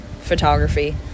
photography